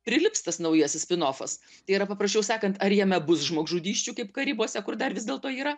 prilips tas naujasis spinofas tai yra paprasčiau sakant ar jame bus žmogžudysčių kaip karibuose kur dar vis dėlto yra